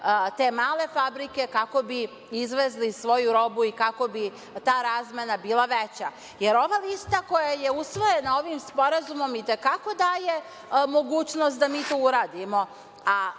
te male fabrike kako bi izvezli svoju robu i kako bi ta razmena bila veća? Jer, ova lista koja je usvojena ovim sporazumom i te kako daje mogućnost da mi to uradimo,